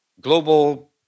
global